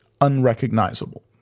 Unrecognizable